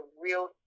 real